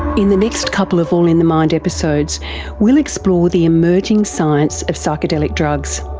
in the next couple of all in the mind episodes we'll explore the emerging science of psychedelic drugs.